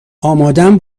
آمادم